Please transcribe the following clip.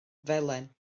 felen